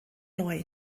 neu